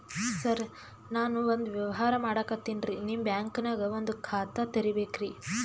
ಸರ ನಾನು ಒಂದು ವ್ಯವಹಾರ ಮಾಡಕತಿನ್ರಿ, ನಿಮ್ ಬ್ಯಾಂಕನಗ ಒಂದು ಖಾತ ತೆರಿಬೇಕ್ರಿ?